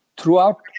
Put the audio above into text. throughout